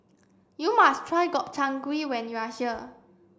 you must try Gobchang Gui when you are here